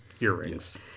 earrings